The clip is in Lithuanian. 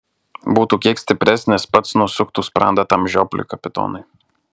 būtų kiek stipresnis pats nusuktų sprandą tam žiopliui kapitonui